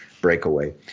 breakaway